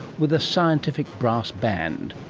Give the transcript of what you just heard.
with a scientific brass band.